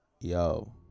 Yo